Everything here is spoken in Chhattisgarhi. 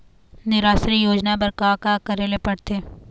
निराश्री योजना बर का का करे ले पड़ते?